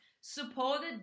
supported